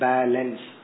Balance